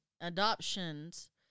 adoptions